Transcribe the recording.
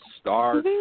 Star